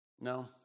No